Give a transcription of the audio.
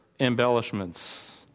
embellishments